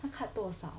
他 cut 多少